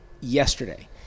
yesterday